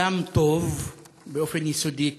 אדם טוב באופן יסודי.